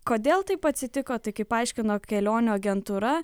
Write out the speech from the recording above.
kodėl taip atsitiko tai kaip paaiškino kelionių agentūra